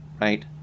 right